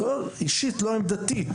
זו אישית לא עמדתי,